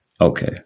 Okay